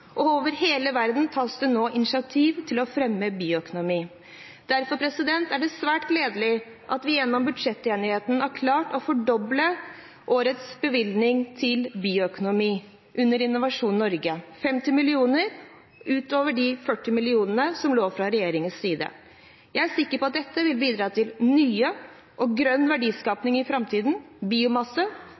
og over hele verden tas det nå initiativ for å fremme bioøkonomi. Derfor er det svært gledelig at vi gjennom budsjettenigheten har klart å fordoble årets bevilgning til bioøkonomi under Innovasjon Norge: 50 mill. kr utover de 40 mill. kr som lå der fra regjeringens side. Jeg er sikker på at dette vil bidra til ny og grønn verdiskaping i framtiden. Biomasse